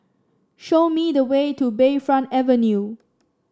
show me the way to Bayfront Avenue